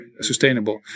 sustainable